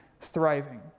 thriving